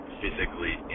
physically